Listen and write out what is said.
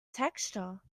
texture